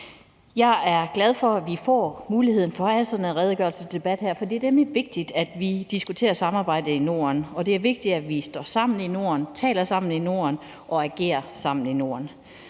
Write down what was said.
Jeg er glad for, at vi får muligheden for at have sådan en redegørelsesdebat, for det er nemlig vigtigt, at vi diskuterer samarbejdet i Norden, og det er vigtigt, at vi står sammen i Norden, taler sammen i Norden og agerer sammen i Norden.